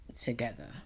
together